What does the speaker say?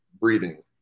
breathing